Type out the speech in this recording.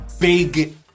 Big